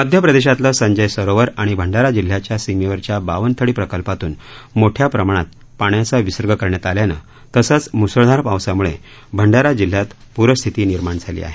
मध्य प्रदेशातलं संजय सरोवर आणि भंडारा जिल्ह्याच्या सीमेवरच्या बावनथडी प्रकल्पातून मोठ्या प्रमाणात पाण्याचा विसर्ग करण्यात आल्यानं तसंच म्सळधार पावसाम्ळे भंडारा जिल्ह्यात प्रस्थिती निर्माण झाली आहे